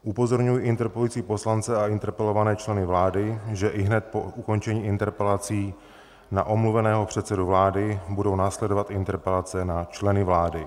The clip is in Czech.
Upozorňuji interpelující poslance a interpelované členy vlády, že ihned po ukončení interpelací na omluveného předsedu vlády budou následovat interpelace na členy vlády.